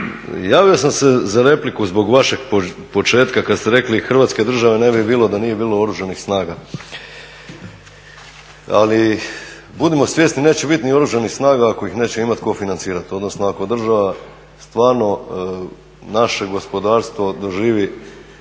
Javio sam se za repliku zbog vašeg početka kada ste rekli Hrvatske države ne bi bilo da nije bilo oružanih snaga, ali budimo svjesni neće biti ni oružanih snaga ako ih neće imati tko financirati odnosno ako država stvarno naše gospodarstvo doživi.